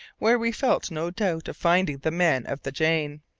where we felt no doubt of finding the men of the jane.